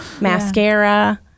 Mascara